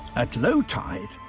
at low tide,